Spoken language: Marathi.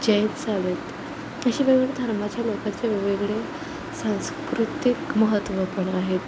जैन झाले आहेत अशी वेगवेगळ्या धर्माच्या लोकांचे वेगवेगळे सांस्कृतिक महत्त्व पण आहे